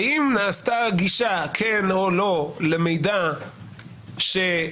האם נעשתה גישה כן או לא "למידע אסור",